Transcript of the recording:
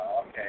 okay